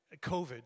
COVID